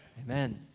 Amen